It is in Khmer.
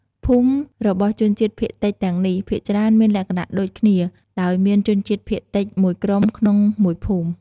ភូមិរបស់ជនជាតិភាគតិចទាំងនេះ ភាគច្រើនមានលក្ខណៈដូចគ្នា ដោយមានជនជាតិភាគតិចមួយក្រុមក្នុងមួយភូមិ។